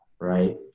right